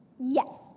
Yes